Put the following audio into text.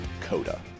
Coda